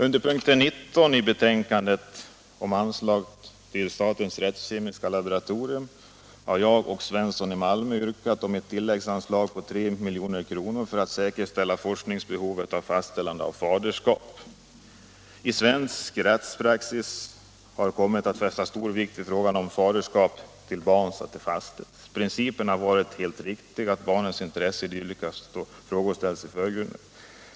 Under punkten 19 som gäller anslag till statens rättskemiska laboratorium behandlas en motion där herr Svensson i Malmö och jag har yrkat på ett tilläggsanslag på 3 milj.kr. för att säkerställa möjligheterna att bedriva forskning rörande fastställande av faderskap. I svensk rättspraxis har stor vikt kommit att fästas vid att faderskap till barn fastställs. Principiellt har det varit riktigt att barnets intresse i dylika frågor ställs i förgrunden.